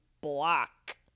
block